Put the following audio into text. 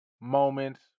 moments